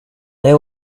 they